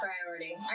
priority